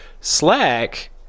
slack